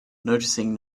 noticing